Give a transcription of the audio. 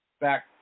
back